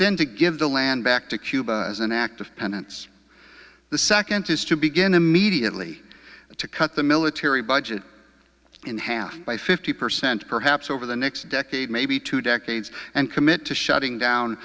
then to give the land back to cuba as an act of penance the second is to begin immediately to cut the military budget in half by fifty percent perhaps over the next decade maybe two decades and commit to shutting down